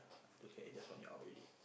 okay just want you out already